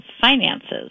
finances